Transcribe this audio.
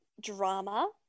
drama